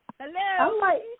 Hello